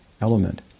element